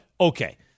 okay